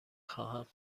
خواهم